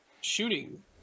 shooting